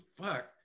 Fuck